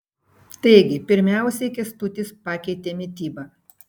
taigi pirmiausiai kęstutis pakeitė mitybą